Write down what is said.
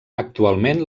actualment